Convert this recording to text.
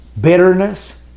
bitterness